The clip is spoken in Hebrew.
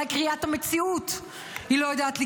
אולי את קריאת המציאות היא לא יודעת לקרוא,